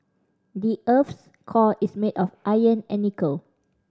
the earth's core is made of iron and nickel